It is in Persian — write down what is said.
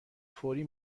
فوری